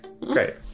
Great